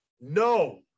no